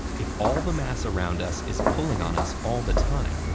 if all the mass around us is pulling on us all the time,